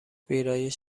ویرایش